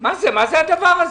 מה זה הדבר הזה?